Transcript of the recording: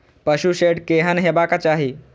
पशु शेड केहन हेबाक चाही?